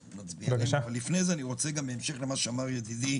בהמשך למה שאמר ידידי,